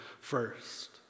first